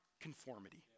conformity